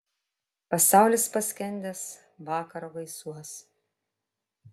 pasaulis paskendęs vakaro gaisuos